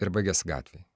ir baigiasi gatvėj